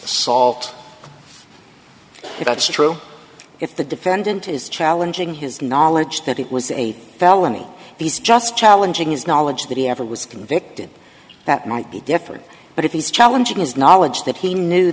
if that's true if the defendant is challenging his knowledge that it was a felony he's just challenging his knowledge that he ever was convicted that might be different but if he's challenging his knowledge that he knew